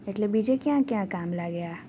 એટલે બીજે ક્યાં ક્યાં કામ લાગે આ